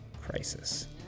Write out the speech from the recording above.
crisis